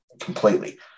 completely